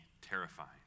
terrifying